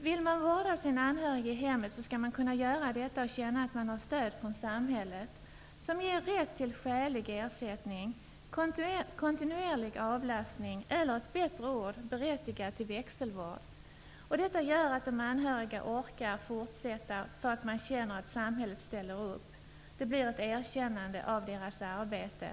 Vill man vårda den anhörige i hemmet skall man kunna göra detta och känna att man har stöd från samhället som ger rätt till skälig ersättning och kontinuerlig avlastning -- eller, med ett bättre ord, berättigad växelvård. De anhöriga orkar fortsätta när de känner att samhället ställer upp; det blir ett erkännande av deras arbete.